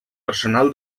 personal